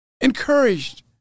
encouraged